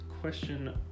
Question